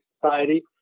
society